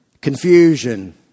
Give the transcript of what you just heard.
Confusion